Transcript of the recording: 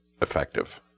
effective